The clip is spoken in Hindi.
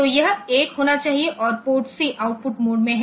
तो यह 1 होना चाहिए और पोर्ट सी आउटपुट मोड में है